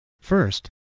First